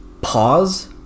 pause